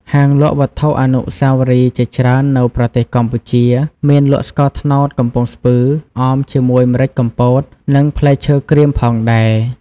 ហាងលក់វត្ថុអនុស្សាវរីយ៍ជាច្រើននៅប្រទេសកម្ពុជា មានលក់ស្ករត្នោតកំពង់ស្ពឺ អមជាមួយម្រេចកំពត និងផ្លែឈើក្រៀមផងដែរ។